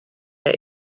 der